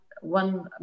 one